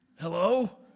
Hello